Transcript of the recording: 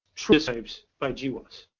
genotypes by gwas.